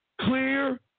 clear